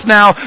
now